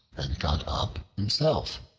and got up himself.